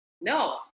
no